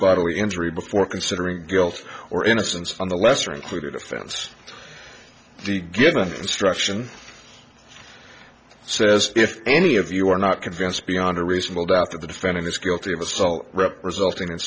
bodily injury before considering guilt or innocence on the lesser included offense the given instruction says if any of you are not convinced beyond a reasonable doubt that the defendant is guilty of assault rep resulting in